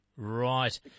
Right